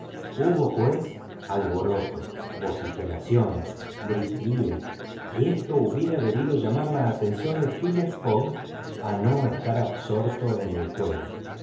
hubo pues alboroto vociferaciones gritería y esto hubiera debido llamar la atención de phileas fogg a no estar absorto en el juego